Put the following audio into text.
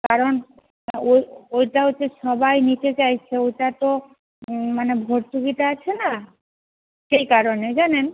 কারণ ওটা হচ্ছে সবাই নিতে চাইছে ওটা তো মানে ভর্তুকিটা আছে না সেই কারণে জানেন